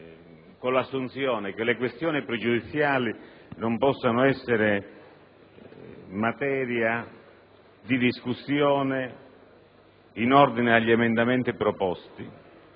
secondo la quale le questioni pregiudiziali non possono essere materia di discussione in ordine agli emendamenti proposti.